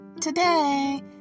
Today